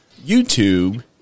YouTube